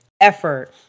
Effort